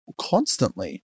constantly